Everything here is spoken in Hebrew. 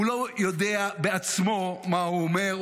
הוא לא יודע בעצמו מה הוא אומר,